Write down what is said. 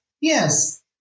Yes